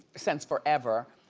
since forever.